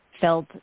felt